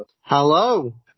Hello